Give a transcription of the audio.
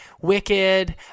Wicked